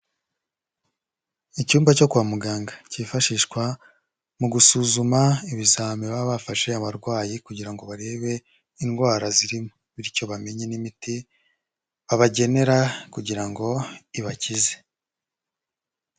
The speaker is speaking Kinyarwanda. Icyumba cyo kwa muganga cyifashishwa, mu gusuzuma ibizami baba bafashe abarwayi kugira ngo barebe indwara zirimo bityo bamenye n'imiti babagenera kugira ngo ibakize.